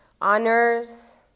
honors